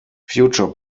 future